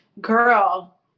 Girl